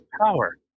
power